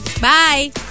Bye